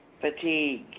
fatigue